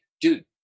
dude